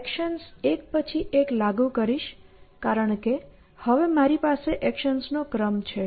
actions એક પછી એક લાગુ કરીશ કારણ કે હવે મારી પાસે એક્શન્સનો ક્રમ છે